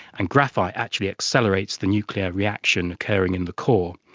and graphite actually accelerates the nuclear reaction occurring in the core.